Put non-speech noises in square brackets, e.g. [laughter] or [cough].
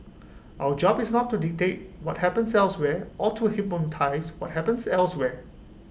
our job is not to dictate what happens elsewhere or to [unintelligible] what happens elsewhere